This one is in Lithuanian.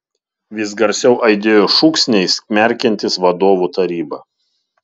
vis garsiau aidėjo šūksniai smerkiantys vadovų tarybą